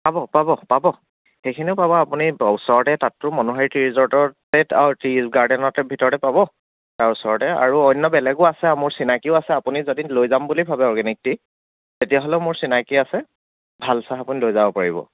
পাব পাব পাব সেইখিনিও পাব আপুনি বা ওচৰতেই তাততো মনোহাৰী টি ৰিজৰ্টতে টি গাৰ্ডেনৰ ভিতৰতে পাব তাৰ ওচৰতে আৰু অন্য বেলেগো আছে আৰু মোৰ চিনাকীও আছে আপুনি যদি লৈ যাম বুলি ভাবে অৰ্গেনিক টি তেতিয়াহ'লে মোৰ চিনাকী আছে ভাল চাহ আপুনি লৈ যাব পাৰিব